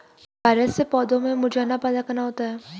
virus से पौधों में मुरझाना पैदा करना होता है